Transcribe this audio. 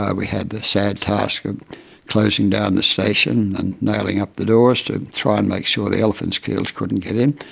ah we had the sad task of closing down the station and nailing up the doors to try and make sure the elephant seals couldn't get in,